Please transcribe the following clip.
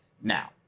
now